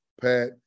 pat